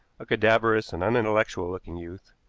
a cadaverous and unintellectual looking youth,